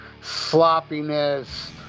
sloppiness